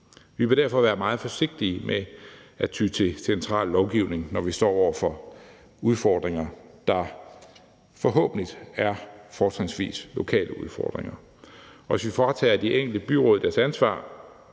Vi vil derfor være meget forsigtige med at ty til central lovgivning, når vi står over for udfordringer, der forhåbentlig er fortrinsvis lokale udfordringer. Hvis vi fratager de enkelte byråd deres ansvar,